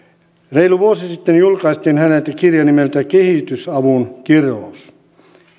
reilu vuosi sitten julkaistiin häneltä kirja nimeltä kehitysavun kirous